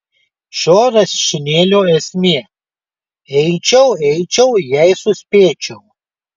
šio rašinėlio esmė eičiau eičiau jei suspėčiau